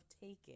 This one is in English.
Taken